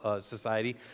society